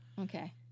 okay